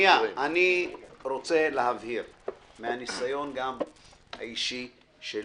אני רוצה להבהיר גם מהניסיון האישי שלי.